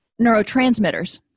neurotransmitters